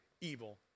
evil